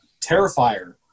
Terrifier